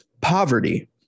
poverty